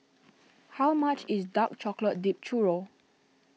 how much is Dark Chocolate Dipped Churro